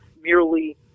merely